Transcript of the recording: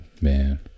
Man